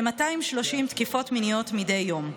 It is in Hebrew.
כ-230 תקיפות מיניות מדי יום.